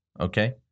Okay